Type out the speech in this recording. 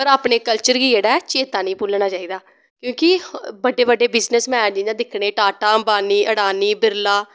पर अपने कल्चर गी जेह्ड़ा चेत्ता नी भुल्लना चाहिदा क्योंकि बड्डे बड्डे बिजनस मैन जियां दिक्खने टॉटा अम्बानी अड़ानी बिरलॉ